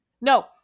no